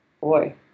boy